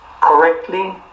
correctly